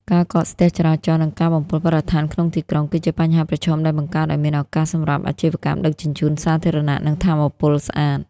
ការកកស្ទះចរាចរណ៍ និងការបំពុលបរិស្ថានក្នុងទីក្រុង គឺជាបញ្ហាប្រឈមដែលបង្កើតឱ្យមានឱកាសសម្រាប់អាជីវកម្មដឹកជញ្ជូនសាធារណៈ និងថាមពលស្អាត។